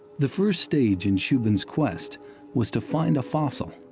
the first stage in shubin's quest was to find a fossil.